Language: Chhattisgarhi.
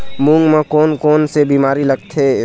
मूंग म कोन कोन से बीमारी लगथे?